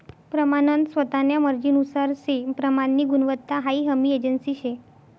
प्रमानन स्वतान्या मर्जीनुसार से प्रमाननी गुणवत्ता हाई हमी एजन्सी शे